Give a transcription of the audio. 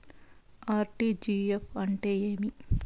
RTGS అంటే ఏమి